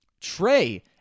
Trey